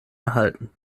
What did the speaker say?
erhalten